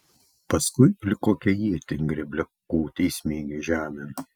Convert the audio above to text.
paskui lyg kokią ietį grėbliakotį įsmeigė žemėn